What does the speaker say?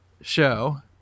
show